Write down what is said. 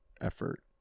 effort